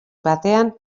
batean